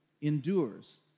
endures